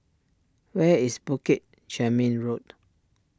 where is Bukit Chermin Road